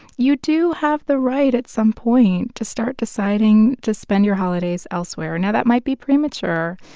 you do have the right, at some point, to start deciding to spend your holidays elsewhere now, that might be premature,